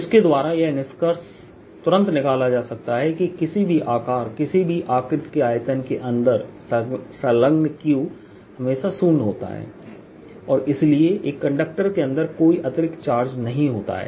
इसके द्वारा यह निष्कर्ष तुरंत निकाला जा सकता है कि किसी भी आकार किसी भी आकृति के आयतन के अंदर संलग्न q हमेशा शून्य होता है और इसलिए एक कंडक्टर के अंदर कोई अतिरिक्त चार्ज नहीं होता है